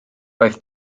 roedd